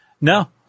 No